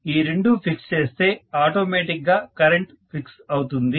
ఈ రెండూ ఫిక్స్ చేస్తే ఆటోమేటిక్ గా కరెంటు ఫిక్స్ అవుతుంది